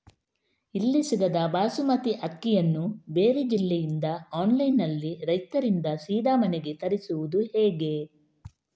ಇಲ್ಲಿ ಸಿಗದ ಬಾಸುಮತಿ ಅಕ್ಕಿಯನ್ನು ಬೇರೆ ಜಿಲ್ಲೆ ಇಂದ ಆನ್ಲೈನ್ನಲ್ಲಿ ರೈತರಿಂದ ಸೀದಾ ಮನೆಗೆ ತರಿಸುವುದು ಹೇಗೆ?